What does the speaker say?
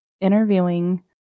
interviewing